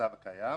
המצב הקיים,